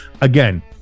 again